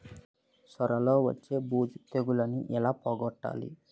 సొర లో వచ్చే బూజు తెగులని ఏల పోగొట్టాలి?